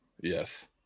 Yes